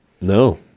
No